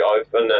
open